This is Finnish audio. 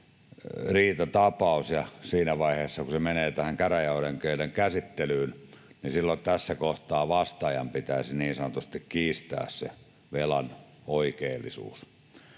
riitatapaus, ja siinä vaiheessa kun se menee käräjäoikeuden käsittelyyn, niin silloin tässä kohtaa vastaajan pitäisi kiistää se velan oikeellisuus.